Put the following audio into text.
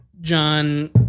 John